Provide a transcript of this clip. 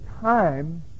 time